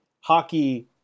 hockey